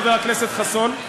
חבר הכנסת חסון,